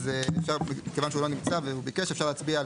אז אפשר,